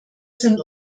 sind